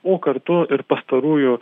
o kartu ir pastarųjų